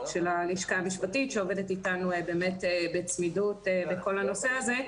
של הלשכה המשפטית שעובדת איתנו בצמידות בכול הנושא הזה,